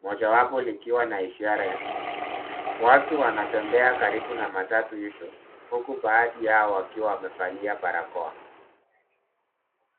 moja wapo likiwa na ishara ya watu wanatembea karibu na matatu hizo huku baadhi yao wakiwa wamevalia barakoa.